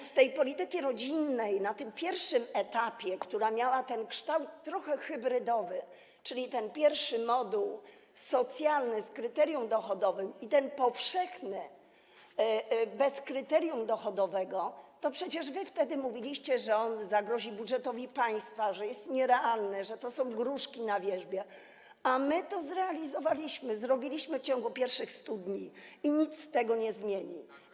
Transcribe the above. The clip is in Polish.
Jeśli chodzi o politykę rodzinną na tym pierwszym etapie, która miała kształt trochę hybrydowy, czyli ten pierwszy moduł socjalny z kryterium dochodowym i ten powszechny bez kryterium dochodowego, to wtedy mówiliście, że ona zagrozi budżetowi państwa, że jest nierealna, że to są gruszki na wierzbie, a my to zrealizowaliśmy, zrobiliśmy w ciągu pierwszych 100 dni i nic tego nie zmieni.